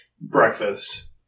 breakfast